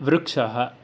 वृक्षः